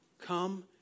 come